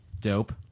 Dope